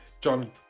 John